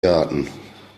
garten